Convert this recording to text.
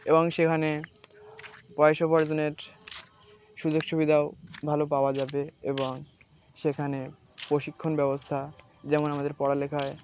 এবং সেখানে পয়সা উপার্জনের সুযোগ সুবিধাও ভালো পাওয়া যাবে এবং সেখানে প্রশিক্ষণ ব্যবস্থা যেমন আমাদের পড়ালেখার